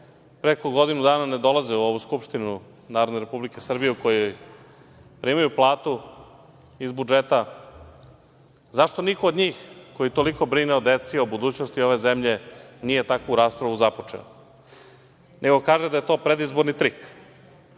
preko godinu dana ne dolaze u ovu Narodnu skupštinu Republike Srbije u kojoj primaju platu iz budžeta… Zašto niko od njih koji toliko brinu o deci, o budućnosti ove zemlje nije takvu raspravu započeo, nego kaže da je to predizborni trik? Ovde